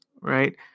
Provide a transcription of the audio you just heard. right